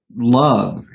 love